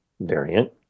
variant